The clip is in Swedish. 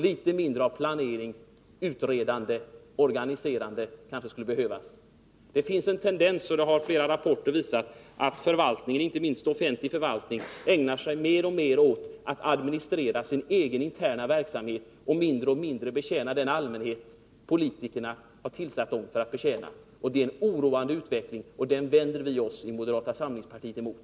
Litet mindre av planering, utredande och organiserande kanske skulle behövas. Det finns en tendens — det har flera rapporter visat — att förvaltningen, inte minst den offentliga förvaltningen, ägnar sig mer och mer åt att administrera sin egen interna verksamhet och mindre och mindre åt att betjäna den allmänhet som politikerna har satt dem att betjäna. Det är en oroande utveckling, och den vänder vi oss i moderata samlingspartiet mot.